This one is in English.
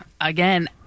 Again